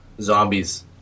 Zombies